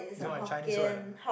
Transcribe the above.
is what a Chinese word ah